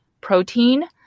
protein